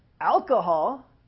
alcohol